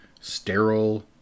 sterile